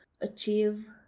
achieve